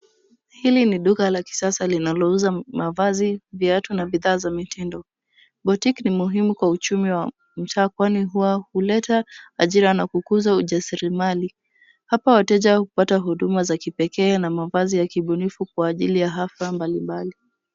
Hili ni duka la kisasa linalouza mavazi, viatu na bidhaa za mitindo. Boutique ni muhimu kwa uchumi wa mtaa kwani huleta ajira na kukuza ujasirimali. Hapa wateja hupata huduma za kipekee na mavazi ya kiubunifu kwa ajili ya hafla mbalimbali.